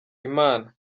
imana